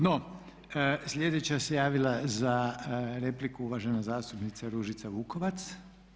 No, slijedeća se javila za repliku uvažena zastupnica Ružica Vukovac.